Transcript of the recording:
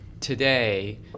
Today